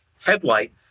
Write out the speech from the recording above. headlight